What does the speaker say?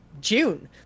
June